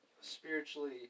spiritually